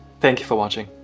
thank you for watching!